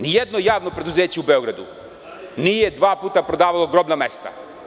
Nijedno javno preduzeće u Beogradu nije dva puta prodavalo grobna mesta.